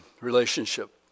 relationship